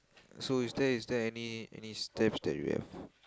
so is there is there any any steps that you have